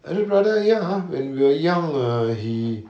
elder brother ya when we were young err he